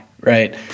right